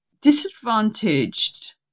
disadvantaged